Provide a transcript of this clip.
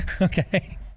Okay